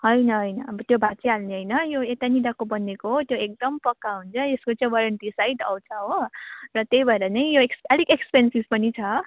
होइन होइन अब त्यो भाचिहाल्ने होइन यो यतैनिरको बनिएको हो त्यो एकदम पक्का हुन्छ यसको चाहिँ वरेन्टी सहित आउँछ हो र त्यही भएर नै यो अलिक एक्सपेन्सिभ पनि छ